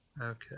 Okay